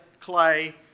clay